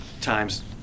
times